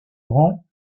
grand